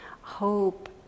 hope